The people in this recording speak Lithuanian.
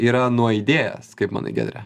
yra nuaidėjęs kaip manai giedre